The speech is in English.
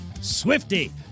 Swifty